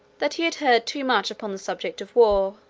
that he had heard too much upon the subject of war,